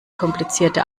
komplizierte